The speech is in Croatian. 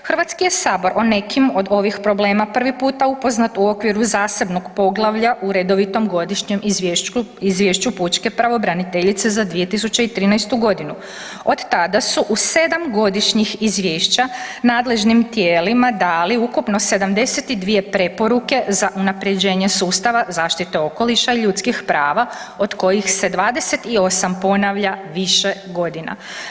HS je o nekim od ovih problema prvi puta upoznat u okviru zasebnog poglavlja u redovitom godišnjem izvješću pučke pravobraniteljice za 2013.g., od tada su u sedam godišnjih izvješća nadležnim tijelima dali ukupno 72 preporuke za unapređenje sustava zaštite okoliša i ljudskih prava od kojih se 28 ponavlja više godina.